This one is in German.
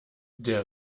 der